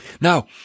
Now